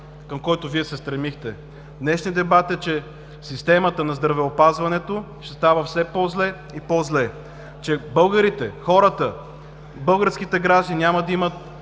към който Вие се стремихте. Днешният дебат е, че в системата на здравеопазването ще става все по-зле и по-зле, че българските граждани няма да имат